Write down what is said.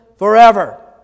Forever